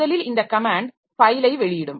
முதலில் இந்த கமேன்ட் ஃபைலை வெளியிடும்